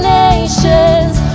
nations